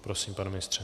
Prosím, pane ministře.